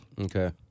Okay